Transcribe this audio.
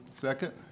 Second